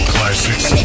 Classics